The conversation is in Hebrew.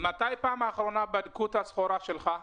מתי פעם האחרונה בדקו את הסחורה שלך?